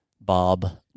bob